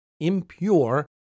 impure